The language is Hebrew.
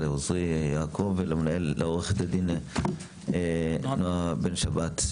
לעוזרי יעקב ולעו"ד נועה בן שבת,